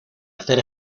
hacer